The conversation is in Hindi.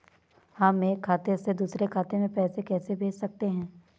हम एक खाते से दूसरे खाते में पैसे कैसे भेज सकते हैं?